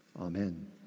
Amen